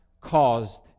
caused